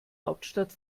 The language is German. hauptstadt